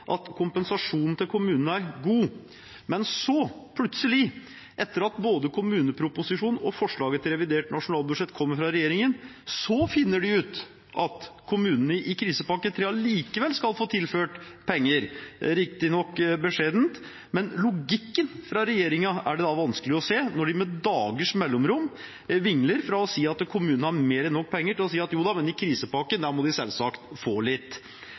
at kompensasjonen til kommunene er god. Men så, plutselig – etter at både kommuneproposisjonen og forslaget til revidert nasjonalbudsjett kommer fra regjeringen – finner de ut at kommunene i krisepakke 3 allikevel skal få tilført penger. Det er riktignok beskjedent, men logikken til regjeringen er det da vanskelig å se, når de med dagers mellomrom vingler fra å si at kommunene har mer enn nok penger, til å si at jo da, men i krisepakken må de selvsagt få litt.